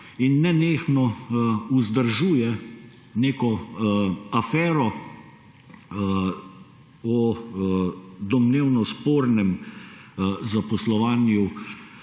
in nenehno vzdržuje neko afero o domnevno spornem zaposlovanju